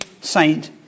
Saint